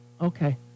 Okay